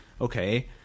okay